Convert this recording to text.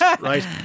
right